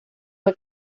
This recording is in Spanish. fue